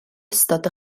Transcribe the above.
ystod